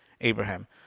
Abraham